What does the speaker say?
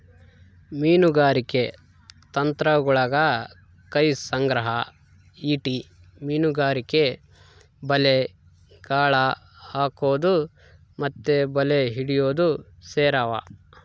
ಮೀನುಗಾರಿಕೆ ತಂತ್ರಗುಳಗ ಕೈ ಸಂಗ್ರಹ, ಈಟಿ ಮೀನುಗಾರಿಕೆ, ಬಲೆ, ಗಾಳ ಹಾಕೊದು ಮತ್ತೆ ಬಲೆ ಹಿಡಿಯೊದು ಸೇರಿವ